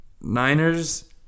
Niners